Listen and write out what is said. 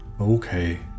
okay